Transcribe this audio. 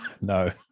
no